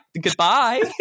goodbye